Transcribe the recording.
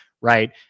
right